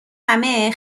همه